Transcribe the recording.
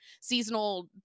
seasonal